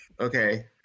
Okay